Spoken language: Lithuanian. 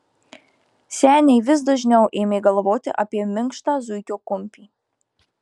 seniai vis dažniau ėmė galvoti apie minkštą zuikio kumpį